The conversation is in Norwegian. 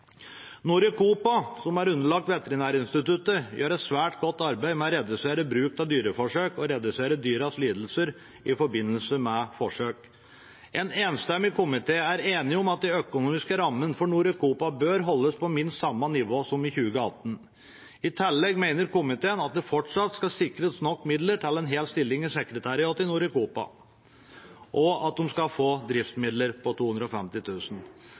om. Norecopa, som er underlagt Veterinærinstituttet, gjør et svært godt arbeid med å redusere bruk av dyreforsøk og redusere dyrenes lidelser i forbindelse med forsøk. En enstemmig komité er enig om at de økonomiske rammene for Norecopa bør holdes på minst samme nivå som i 2018. I tillegg mener komiteen at det fortsatt skal sikres nok midler til en hel stilling i sekretariatet i Norecopa, og at de skal få driftsmidler på